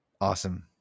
Awesome